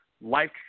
Life